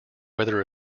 whether